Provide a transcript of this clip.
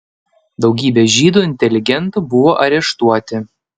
daugybė žydų inteligentų buvo areštuoti